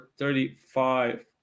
35